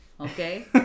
Okay